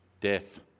Death